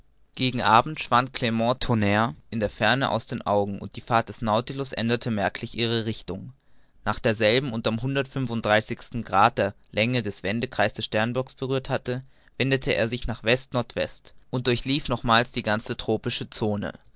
gegen abend schwand clermont tonnre in der ferne aus den augen und die fahrt des nautilus änderte merklich ihre richtung nachdem derselbe unter'm hundertfünfunddreißigsten grad der länge den wendekreis des steinbocks berührt hatte wendete er sich nach west nord west und durchlief nochmals die ganze tropische zone